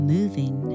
Moving